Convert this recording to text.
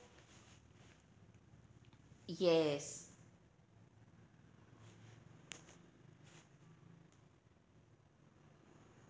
yes